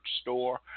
store